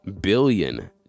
billion